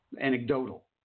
anecdotal